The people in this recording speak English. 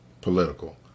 political